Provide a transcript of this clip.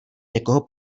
někoho